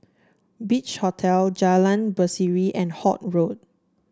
Beach Hotel Jalan Berseri and Holt Road